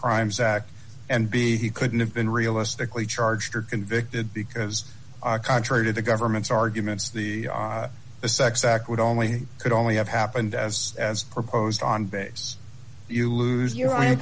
crimes act and b he couldn't have been realistically charged or convicted because contrary to the government's arguments the the sex act would only could only have happened as as proposed on base you lose you